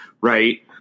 Right